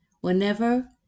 whenever